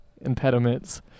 impediments